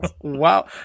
Wow